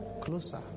closer